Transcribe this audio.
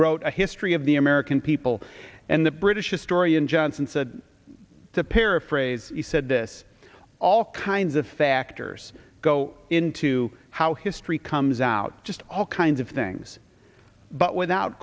wrote a history of the american people and the british historian johnson said to paraphrase he said this all kinds of factors go into how history comes out just all kinds of things but without